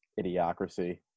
idiocracy